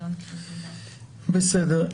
בסדר.